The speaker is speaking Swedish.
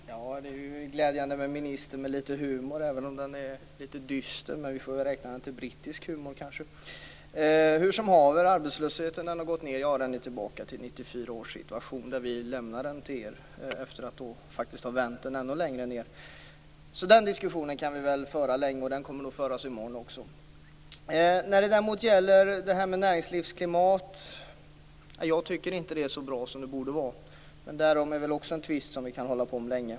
Fru talman! Det är glädjande med en minister med lite humor även om den är lite dyster. Vi får kanske räkna den som brittisk humor. Näringsminister säger att arbetslösheten har gått ned. Ja, den är tillbaka till 1994 års nivå där vi lämnade den till er efter ha vänt den ännu längre ned. Den diskussionen kan vi föra länge, och den kommer nog att föras i morgon också. Jag tycker inte att näringslivsklimatet är så bra som det borde vara. Men det är väl också en sak som vi kan tvista om länge.